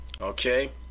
okay